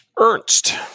Ernst